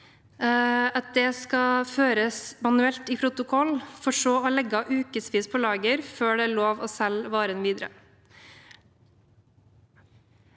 at det skal føres manuelt i protokoll for så å ligge ukevis på lager før det er lov å selge varen videre.